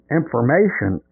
information